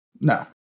No